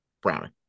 Browning